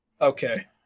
Okay